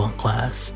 class